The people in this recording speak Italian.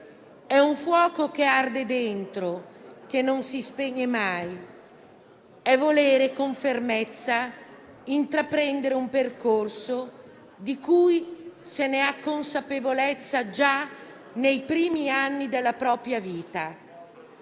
È un fuoco che arde dentro e non si spegne mai. È voler intraprendere con fermezza un percorso di cui se ne ha consapevolezza già nei primi anni della propria vita.